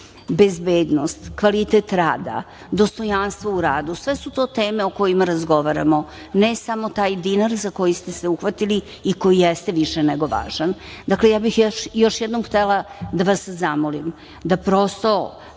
Bezbednost, kvalitet rada, dostojanstvo u radu, sve su to teme o kojima razgovaramo, ne samo taj dinarski za koji ste se uhvatili i koji jeste više nego važan. Dakle, ja bih još jednom htela da vas zamolim da prosto